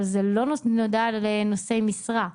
אבל זה לא על ידי נושאי משרה.